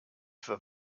that